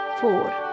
four